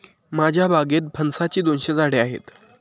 माझ्या बागेत फणसाची दोनशे झाडे आहेत